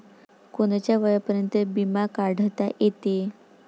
कोनच्या वयापर्यंत बिमा काढता येते?